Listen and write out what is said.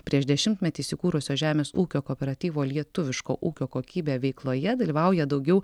prieš dešimtmetį įsikūrusio žemės ūkio kooperatyvo lietuviško ūkio kokybė veikloje dalyvauja daugiau